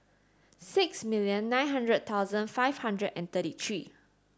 six million nine hundred thousand five hundred and thirty three